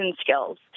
skills